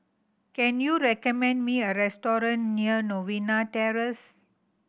can you recommend me a restaurant near Novena Terrace